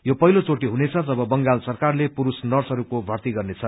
यो पहिलो चोटी हुनेछ जब बंगाल सरकारले पुरूष नर्सहरूको भर्त्ती गर्नेछ